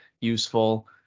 useful